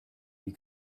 you